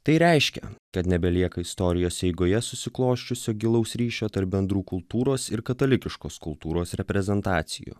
tai reiškia kad nebelieka istorijos eigoje susiklosčiusio gilaus ryšio tarp bendrų kultūros ir katalikiškos kultūros reprezentacijų